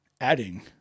adding